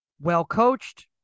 well-coached